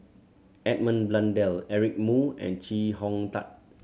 Edmund Blundell Eric Moo and Chee Hong Tat